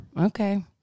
Okay